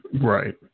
Right